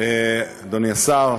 אדוני השר,